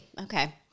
Okay